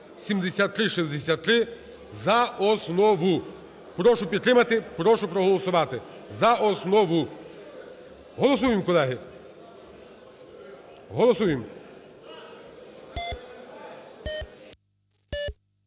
(7363) за основу. Прошу підтримати. Прошу проголосувати. За основу. Голосуємо, колеги, голосуємо.